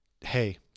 hey